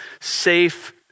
safe